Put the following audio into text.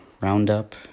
Roundup